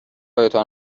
حرفتان